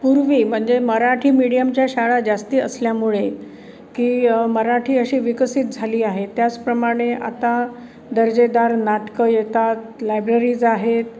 पूर्वी म्हणजे मराठी मीडियमच्या शाळा जास्त असल्यामुळे की मराठी अशी विकसित झाली आहे त्याचप्रमाणे आता दर्जेदार नाटकं येतात लायब्ररीज आहेत